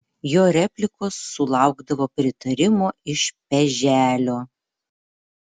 jo replikos sulaukdavo pritarimo iš peželio